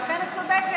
ואכן את צודקת.